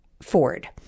Ford